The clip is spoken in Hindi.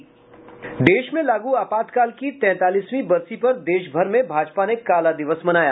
देश में लागू आपातकाल की तैंतालीसवीं बरसी पर देश भर में भाजना ने काला दिवस मनाया